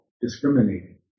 discriminating